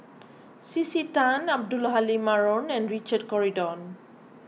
C C Tan Abdul Halim Haron and Richard Corridon